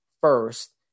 first